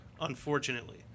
unfortunately